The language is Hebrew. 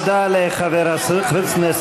אתה מסית.